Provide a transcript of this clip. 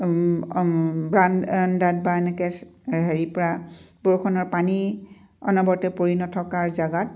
বাৰান্দাত বা এনেকৈ এই হেৰিৰ পৰা বৰষুণৰ পানী অনবৰতে পৰি নথকাৰ জাগাত